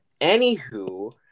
Anywho